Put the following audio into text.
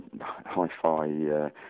Hi-Fi